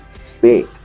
stay